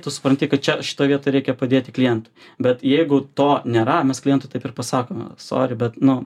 tu supranti kad čia šitoj vietoj reikia padėti klientui bet jeigu to nėra mes klientui taip ir pasakome sori bet nu